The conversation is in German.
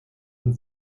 ein